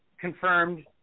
confirmed